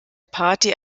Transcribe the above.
party